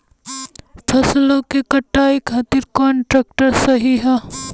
फसलों के कटाई खातिर कौन ट्रैक्टर सही ह?